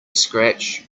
scratch